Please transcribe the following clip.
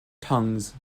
tongues